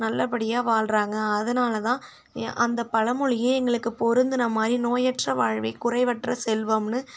நல்லபடியாக வாழ்றாங்க அதனால்தான் அந்த பழமொழியே எங்களுக்கு பொருந்துன மாதிரி நோயற்ற வாழ்வே குறைவற்ற செல்வம்ன்னு